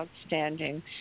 outstanding